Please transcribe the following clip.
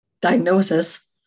diagnosis